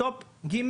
סטופ ג'